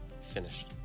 finished